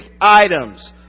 items